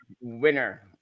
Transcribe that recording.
winner